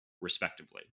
respectively